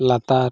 ᱞᱟᱛᱟᱨ